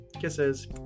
Kisses